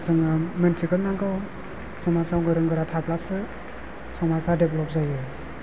जोङो मिथिगोरनांगौ समाजाव गोरों गोरा थाब्लासो समाजा देभ्ल'प जायो